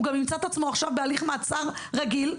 הוא ימצא את עצמו עכשיו בהליך מעצר רגיל,